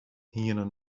hiene